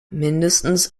mindestens